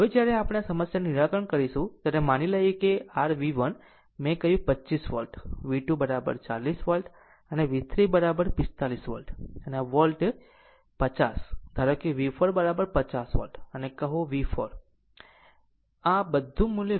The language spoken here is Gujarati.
આમ હવે જ્યારે આપણે આ સમસ્યાનું નિરાકરણ કરીશું ત્યારે માની લઈએ છીએ કે r V1 મેં કહ્યું 25 volt V2 40 volt V3 45 volt અને આ વોલ્ટેજ 50 ધારો કે V4 50 વોલ્ટ કહો V4 આ બધી મુલ્ય V4 છે કહો 50 વોલ્ટ